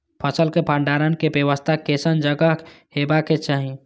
फसल के भंडारण के व्यवस्था केसन जगह हेबाक चाही?